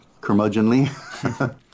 curmudgeonly